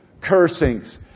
cursings